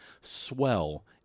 swell